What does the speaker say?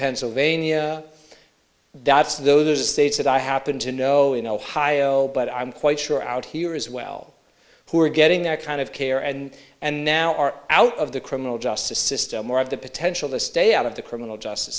pennsylvania that's those are states that i happen to know in ohio but i'm quite sure out here as well who are getting that kind of care and and now are out of the criminal justice system or of the potential to stay out of the criminal justice